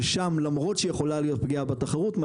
ושם למרות שיכולה להיות פגיעה בתחרות,